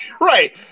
Right